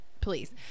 please